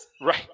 Right